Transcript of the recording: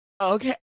Okay